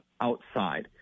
outside